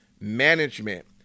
management